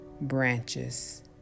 branches